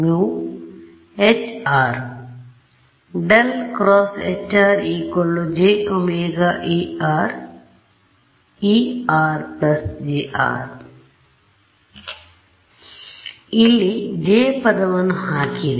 ನಾನು ಇಲ್ಲಿ J ಪದವನ್ನು ಹಾಕಿದೆ